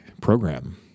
program